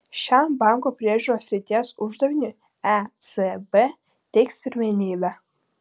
šiam bankų priežiūros srities uždaviniui ecb teiks pirmenybę